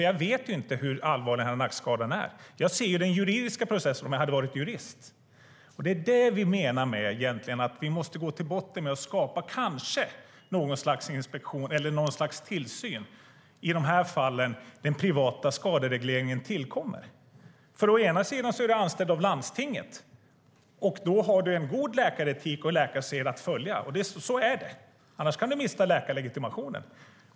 Jag vet ju inte hur allvarlig den här nackskadan är, och jag ser den juridiska processen om jag är jurist. Det är det vi menar med att vi måste gå till botten med att skapa något slags tillsyn i de här fallen där den privata skaderegleringen tillkommer. Är du anställd av landstinget har du en god läkaretik och en läkarsed att följa. Så är det, för annars kan du mista läkarlegitimationen.